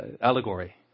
Allegory